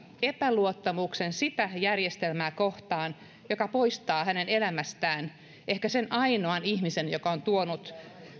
epäluottamuksen sitä järjestelmää kohtaan joka poistaa hänen elämästään ehkä sen ainoan ihmisen joka on tuonut